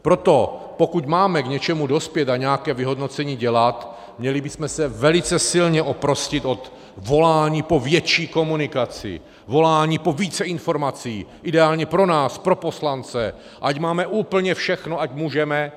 Proto pokud máme k něčemu dospět a nějaké vyhodnocení dělat, měli bychom se velice silně oprostit od volání po větší komunikaci, volání po více informacích, ideálně pro nás, pro poslance, ať máme úplně všechno, ať můžeme.